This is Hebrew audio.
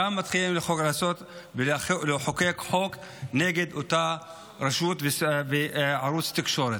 יתחילו גם לחוקק חוק נגד אותה רשות וערוץ תקשורת.